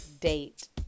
date